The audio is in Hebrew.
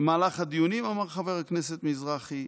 במהלך הדיונים אמר חבר הכנסת מזרחי: